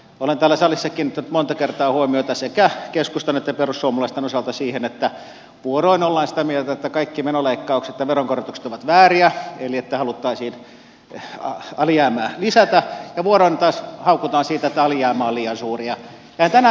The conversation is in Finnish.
olen täällä salissa kiinnittänyt monta kertaa huomiota sekä keskustan että perussuomalaisten osalta siihen että vuoroin ollaan sitä mieltä että kaikki menoleikkaukset ja veronkorotukset ovat vääriä eli että haluttaisiin alijäämää lisätä ja vuoroin taas haukutaan siitä että alijäämä on liian suuri